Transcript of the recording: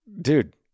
dude